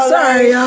Sorry